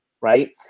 right